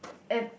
at